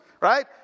right